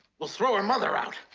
we'll throw her mother out.